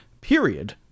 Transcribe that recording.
period